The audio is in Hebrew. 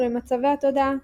ולמצבי התודעה.